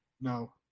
No